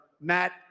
Matt